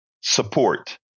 support